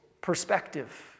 perspective